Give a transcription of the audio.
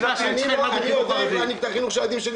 50 מיליון השקלים שמועברים הם עבור שכר מורים בבתי הספר היסודיים.